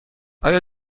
آیا